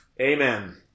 Amen